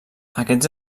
aquests